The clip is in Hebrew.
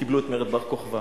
קיבלו את מרד בר-כוכבא,